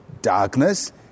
darkness